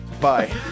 bye